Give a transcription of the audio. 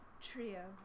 Trio